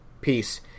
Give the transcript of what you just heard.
Peace